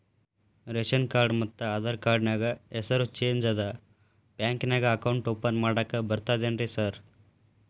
Ration card ಮತ್ತ Aadhaar card ನ್ಯಾಗ ಹೆಸರು ಚೇಂಜ್ ಅದಾ ಬ್ಯಾಂಕಿನ್ಯಾಗ ಅಕೌಂಟ್ ಓಪನ್ ಮಾಡಾಕ ಬರ್ತಾದೇನ್ರಿ ಸಾರ್?